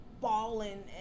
balling